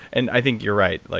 and i think you're right. like